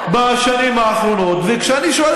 זה חוק מצוין שלי, ואני גאה